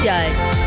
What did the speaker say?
Judge